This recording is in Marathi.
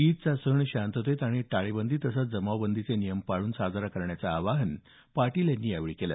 ईदचा सण शांततेत आणि टाळेबंदी तसंच जमावबंदीचे नियम पाळून साजरा करण्याचं आवाहन पाटील यांनी यावेळी केलं